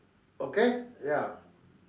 okay ya